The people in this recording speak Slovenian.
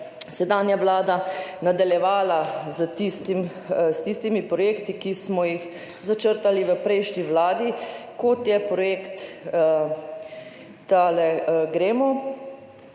sedanja vlada nadaljevala s tistimi projekti, ki smo jih začrtali v prejšnji vladi, kot je projekt GREMO